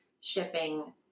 shipping